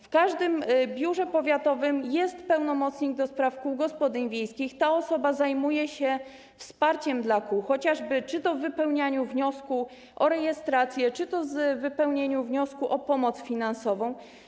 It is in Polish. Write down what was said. W każdym biurze powiatowym jest pełnomocnik do spraw kół gospodyń wiejskich, ta osoba zajmuje się wsparciem dla kół, czy to chociażby w wypełnianiu wniosku o rejestrację, czy to w wypełnianiu wniosku o pomoc finansową.